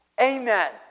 Amen